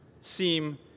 seem